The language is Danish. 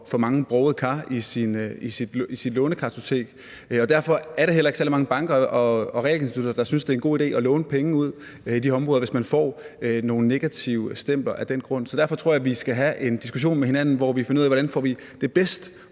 for mange brodne kar i sit lånekartotek. Og derfor er der heller ikke særlig mange banker og realkreditinstitutter, der synes, det er en god idé at låne penge ud i de her områder, hvis man får nogle negative stempler af den grund. Derfor tror jeg, at vi skal have en diskussion med hinanden, hvor vi finder ud af, hvordan vi får det bedst